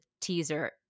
teaser